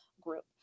group